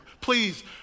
Please